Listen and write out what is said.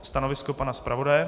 Stanovisko pana zpravodaje?